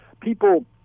people